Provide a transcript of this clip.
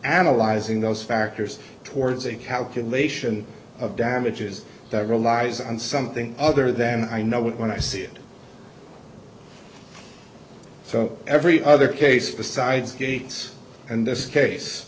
analyzing those factors towards a calculation of damages that relies on something other than i know it when i see it so every other case besides gates and this case